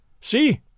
See